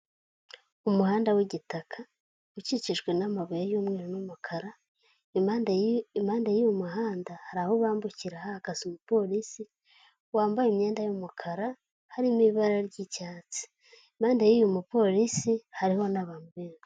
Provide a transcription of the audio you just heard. Umuhanda w'igitaka ukikijwe n'amabuye y'umweru n'umukara, impande y'uyu muhanda hari aho bambukira hahagaze umupolisi wambaye imyenda y'umukara harimo ibara ry'icyatsi impande y'uyu umupolisi hariho n'abantu benshi.